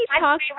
talk